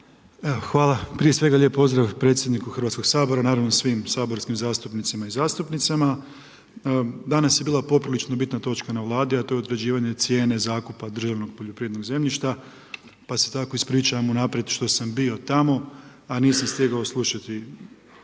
hvala, prije svega lijep pozdrav predsjedniku Hrvatskog sabora i naravno svim saborskim zastupnicima i zastupnicama. Danas je bila poprilično bitna točka na Vladi a to je utvrđenje cijene zakupa državnog poljoprivrednog zemljišta pa se tako ispričavam unaprijed što sam bio tamo a nisam stigao slušati